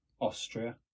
Austria